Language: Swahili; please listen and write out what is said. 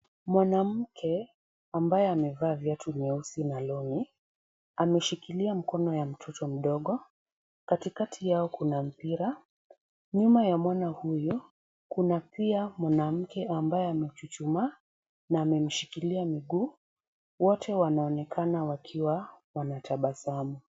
Mwanamke ambaye amevaa viatu nyeusi na long'i, ameshikilia mkono ya mtoto mdogo, katikati yao kuna mpira. Nyuma ya mwana huyo, kuna pia mwanamke ambaye amechuchuma na ameshikilia miguu. Wote wanaonekana wakiwa wanatabasamu.